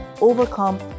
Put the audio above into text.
overcome